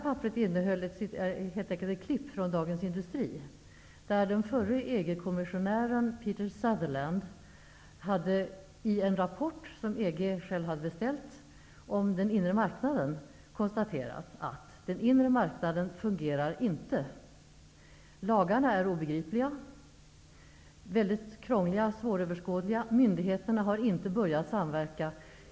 Papperet innehöll helt enkelt ett klipp från Dagens Industri där det redogjordes för att den förre EG kommissionären Peter Sutherland i en rapport, som EG självt hade beställt, konstaterade att den inre marknaden inte fungerade. Lagarna är obegripliga, väldigt krångliga och svåröverskådliga, och myndigheterna har inte börjat samverka.